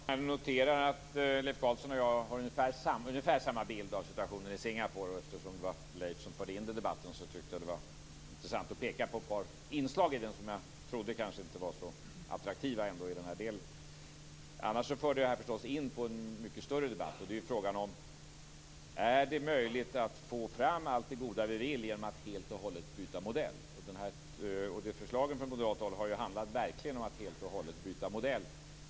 Fru talman! Jag noterar att Leif Carlson och jag har ungefär samma bild av situationen Singapore. Eftersom det var Leif som förde in det i debatten tyckte jag att det var intressant att peka på ett par inslag som jag ändå inte trodde var så attraktiva i den här delen. Annars för det här förstås in på en mycket större debatt: Är det möjligt att få fram allt det goda vi vill genom att helt och hållet byta modell? Förslagen från moderat håll har ju verkligen handlat om att helt och hållet byta modell.